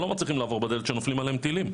לא מצליחים לעבור בדלת כשנופלים עליהם טילים,